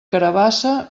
carabassa